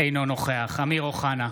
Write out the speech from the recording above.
אינו נוכח אמיר אוחנה,